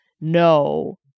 No